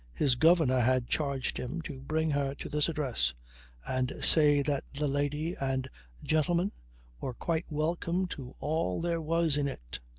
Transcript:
his governor had charged him to bring her to this address and say that the lady and gentleman were quite welcome to all there was in it.